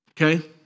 Okay